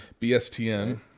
BSTN